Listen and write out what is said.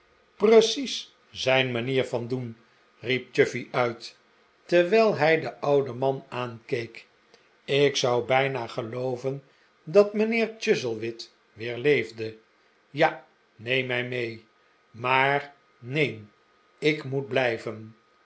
precies zijn manier van doen riep chuffey uit terwijl hij den ouden man aankeek ik zou bijna gelooven dat mijnheer chuzzlewit weer leefde ja neem mij mee maar neen ik moet blijven